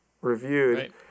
reviewed